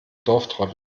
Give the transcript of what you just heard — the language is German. dorftrottel